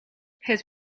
het